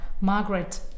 Margaret